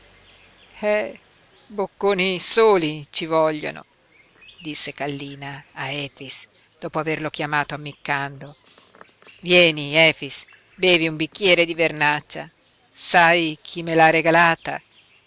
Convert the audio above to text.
bocconi soli ci vogliono disse kallina a efix dopo averlo chiamato ammiccando vieni efix bevi un bicchiere di vernaccia sai chi me l'ha regalata